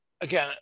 Again